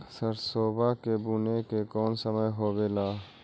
सरसोबा के बुने के कौन समय होबे ला?